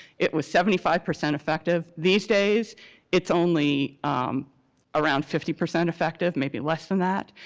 it was seventy five percent effective. these days it's only around fifty percent effective, maybe less than that.